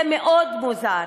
זה מאוד מוזר.